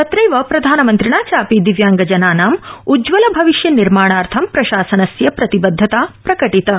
तत्रैव प्रधानमन्त्रिणा चापि दिव्यांगानाम् उज्जवल भविष्य निर्माणार्थं प्रशासनस्य प्रतिबद्धता प्रकटिता